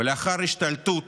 ולאחר השתלטות